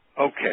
okay